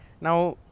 Now